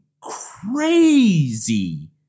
crazy